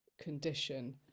condition